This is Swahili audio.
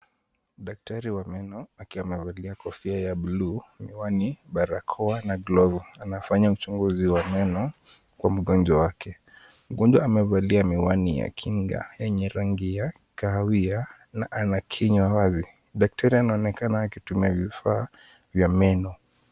Daktari wa meno akiwa amevalia kofia ya buluu, miwani, barakoa na glavu, anafanya uchunguzi wa meno kwa mgonjwa wake. Mgonjwa amevalia miwani ya kinga yenye rangi ya kahawia na anakinywa wazi. Daktari anaonekana akitumia vifaa vya meno.